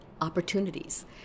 opportunities